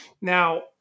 now